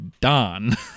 Don